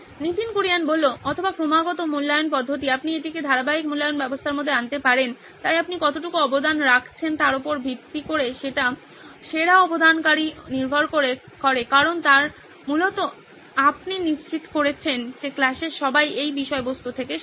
নীতিন কুরিয়ান অথবা ক্রমাগত মূল্যায়ন পদ্ধতি আপনি এটিকে ধারাবাহিক মূল্যায়ন ব্যবস্থার মধ্যে আনতে পারেন তাই আপনি কতটুকু অবদান রাখছেন তার উপর ভিত্তি করে সেরা অবদানকারী নির্ভর করে কারণ আপনি মূলত নিশ্চিত করছেন যে ক্লাসের সবাই এই বিষয়বস্তু থেকে শিখছে